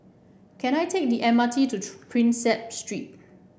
can I take the M R T to Prinsep Street